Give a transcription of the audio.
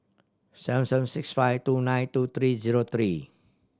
seven seven six five two nine two three zero three